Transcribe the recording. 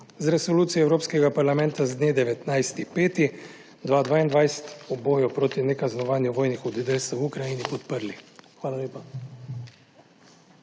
z resolucijo Evropskega parlamenta z dne 19. 5. 2022 o boju proti nekaznovanju vojnih hudodelstev v Ukrajini podprli. Hvala lepa.